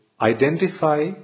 identify